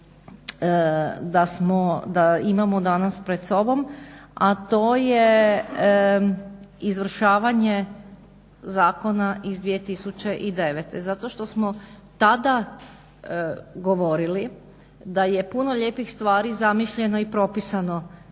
da imamo danas pred sobom, a to je izvršavanje zakona iz 2009. Zato što smo tada govorili da je puno lijepih stvari zamišljeno i propisano